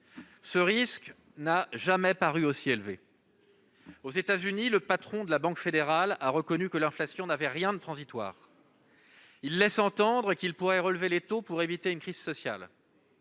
Ce risque n'a jamais paru aussi élevé. Aux États-Unis, le patron de la Banque fédérale a reconnu que l'inflation n'avait rien de transitoire. Il laisse entendre qu'il pourrait relever les taux pour éviter une crise sociale.